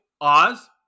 Oz